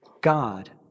God